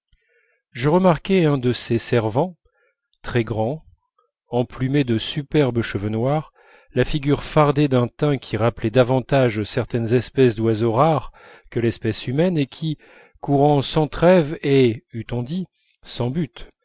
je remarquai un de ces servants très grand emplumé de superbes cheveux noirs la figure fardée d'un teint qui rappelait davantage certaines espèces d'oiseaux rares que l'espèce humaine et qui courant sans trêve et eût-on dit sans but